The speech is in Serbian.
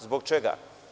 Zbog čega?